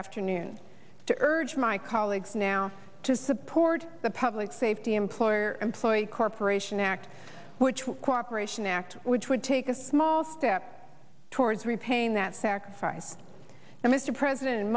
afternoon to urge my colleagues now to support the public safety employer employee corporation act which will cooperation act which would take a small step towards repaying that sacrifice and mr president